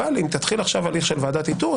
אבל אם תתחיל עכשיו הליך של ועדת איתור,